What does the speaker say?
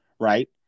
right